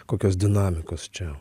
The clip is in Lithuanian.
kokios dinamikos čia